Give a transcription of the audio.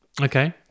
okay